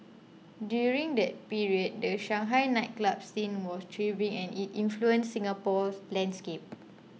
during that period the Shanghai nightclub scene was thriving and it influenced Singapore's landscape